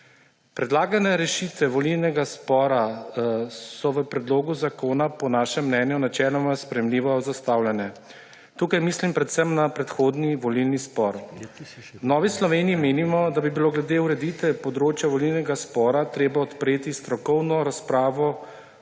Predlagane rešitve volilnega spora so v predlogu zakona po našem mnenju načeloma sprejemljivo zastavljene ‒ tukaj mislim predvsem na predhodni volilni spor. V Novi Sloveniji menimo, da bi bilo glede ureditve področja volilnega spora treba odpreti strokovno razpravo